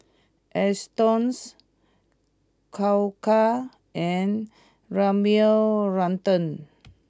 Astons Koka and Rimmel London